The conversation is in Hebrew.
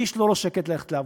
מי יש לו ראש שקט ללכת לעבודה?